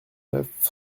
neuf